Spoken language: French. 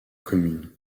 commune